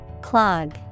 Clog